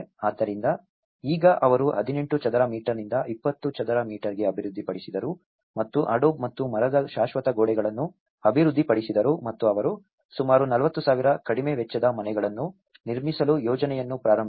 ಆದ್ದರಿಂದ ಈಗ ಅವರು 18 ಚದರ ಮೀಟರ್ನಿಂದ 20 ಚದರ ಮೀಟರ್ಗೆ ಅಭಿವೃದ್ಧಿಪಡಿಸಿದರು ಮತ್ತು ಅಡೋಬ್ ಮತ್ತು ಮರದ ಶಾಶ್ವತ ಗೋಡೆಗಳನ್ನು ಅಭಿವೃದ್ಧಿಪಡಿಸಿದರು ಮತ್ತು ಅವರು ಸುಮಾರು 40000 ಕಡಿಮೆ ವೆಚ್ಚದ ಮನೆಗಳನ್ನು ನಿರ್ಮಿಸಲು ಯೋಜನೆಯನ್ನು ಪ್ರಾರಂಭಿಸಿದರು